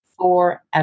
forever